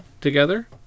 together